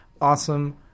awesome